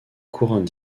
couronne